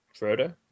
Frodo